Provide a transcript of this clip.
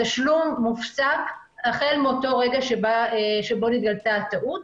התשלום מופסק החל מאותו רגע שבו נתגלתה הטעות.